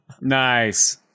Nice